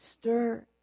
Stir